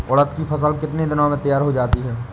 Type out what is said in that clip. उड़द की फसल कितनी दिनों में तैयार हो जाती है?